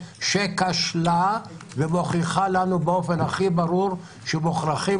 שכשלה ומוכיחה לנו באופן הכי ברור שמוכרחים